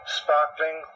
sparkling